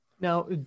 Now